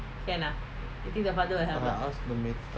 I ask the matar